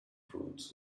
fruits